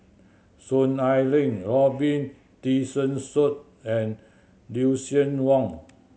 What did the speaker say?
Soon Ai Ling Robin Tessensohn and Lucien Wang